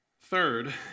Third